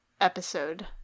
episode